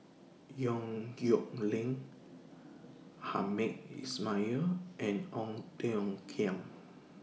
Yong Nyuk Lin Hamed Ismail and Ong Tiong Khiam